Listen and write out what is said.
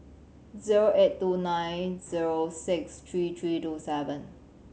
zero eight two nine zero six three three two seven